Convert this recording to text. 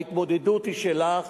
ההתמודדות היא שלך,